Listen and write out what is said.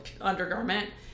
undergarment